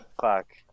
Fuck